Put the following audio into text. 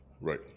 right